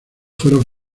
fueron